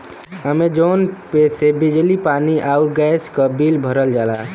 Amazon Pay से बिजली पानी आउर गैस क बिल भरल जाला